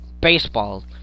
baseball